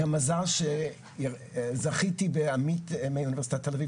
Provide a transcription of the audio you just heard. מזל שזכיתי בעמית מאוניברסיטת תל אביב